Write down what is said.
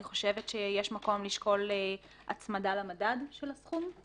אני חושבת שיש מקום לשקול הצמדה למדד של הסכום.